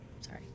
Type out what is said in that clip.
sorry